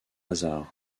lazard